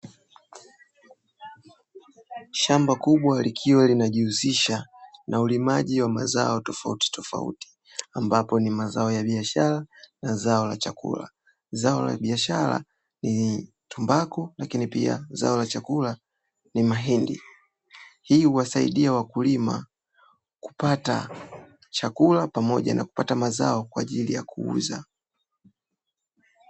Shamba kubwa likiwa linajihusisha na ulimaji wa mazao tofautitofauti ambapo ni mazao ya biashara nazao la chakula. Zao la biashara ni tumbaku lakini pia zao la chakula ni mahindi. Hii huwasaidia wakulima kupata chakula pamoja na kupata mazao kwa ajiri kuuza.